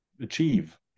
achieve